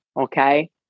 Okay